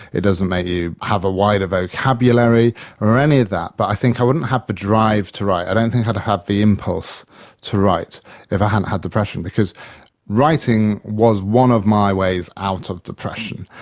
it doesn't make you have a wider vocabulary or any of that, but i think i wouldn't have the drive to write, i don't think i'd have the impulse to write if i hadn't had depression, because writing was one of my ways out of depression.